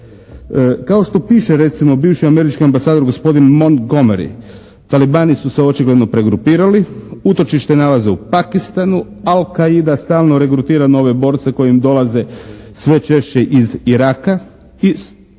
Kao što piše recimo bivša Američka ambasada gospodin Montgomery talibani su se očigledno pregrupirali, utočište nalaze u Pakistanu, Al'quaida stalno regrutira nove bore koje im dolaze sve češće iz Iraka, i on